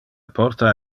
porta